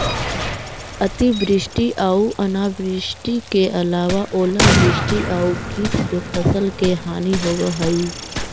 अतिवृष्टि आऊ अनावृष्टि के अलावा ओलावृष्टि आउ कीट से फसल के हानि होवऽ हइ